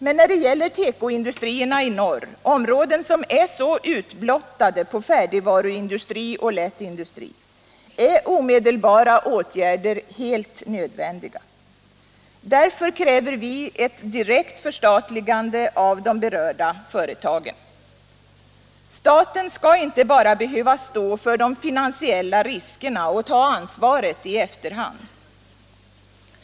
Men när det gäller tekoindustrierna i norr — områden som är så utblottade på färdigvaruindustri och lätt industri — är omedelbara åtgärder helt nödvändiga. Därför kräver vi ett direkt förstatligande av de berörda företagen. Staten skall inte bara behöva stå för de finansiella riskerna och ta ansvaret i efterhand.